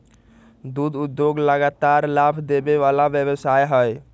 दुध उद्योग लगातार लाभ देबे वला व्यवसाय हइ